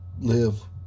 live